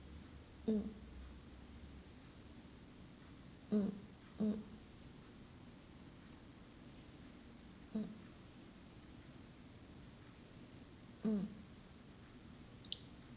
mm mm mm mm mm